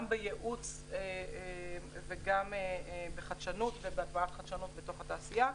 גם בייעוץ וגם בחדשנות ובהטמעת חדשנות בתוך התעשייה.